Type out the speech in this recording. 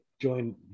join